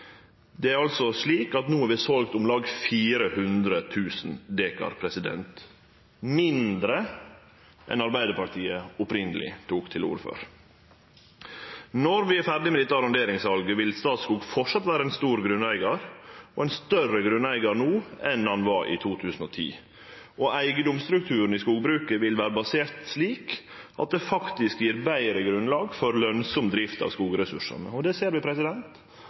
Det er altså slik at vi no har selt om lag 400 000 dekar – mindre enn Arbeidarpartiet opphavleg tok til orde for. Når vi er ferdige med dette arronderingssalet, vil Statskog framleis vere ein stor grunneigar – ein større grunneigar no enn i 2010 – og eigedomsstrukturen i skogbruket vil vere basert slik at han faktisk gjev betre grunnlag for lønnsam drift av skogressursane. Vi ser